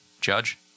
Judge